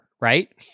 right